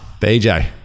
BJ